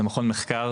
זה מכון מחקר